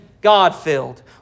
God-filled